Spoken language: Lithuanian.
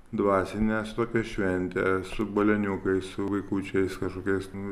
dvasinės tokią šventę su balioniukais su vaikučiais kažkokias nu